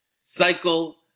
Cycle